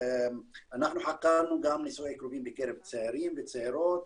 אנחנו חקרנו גם נישואי קרובים בקרב צעירים וצעירות,